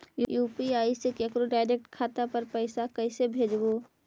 UPI से केकरो direct खाता पर पैसा कैसे भेजबै?